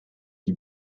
die